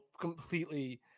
completely